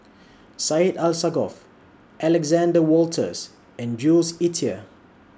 Syed Alsagoff Alexander Wolters and Jules Itier